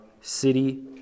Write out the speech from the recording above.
city